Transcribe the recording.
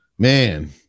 Man